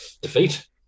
defeat